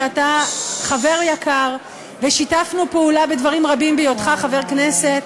שאתה חבר יקר ושיתפנו פעולה בדברים רבים בהיותך חבר כנסת,